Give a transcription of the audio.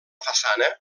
façana